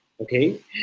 Okay